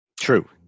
True